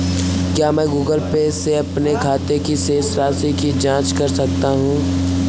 क्या मैं Google Pay से अपने खाते की शेष राशि की जाँच कर सकता हूँ?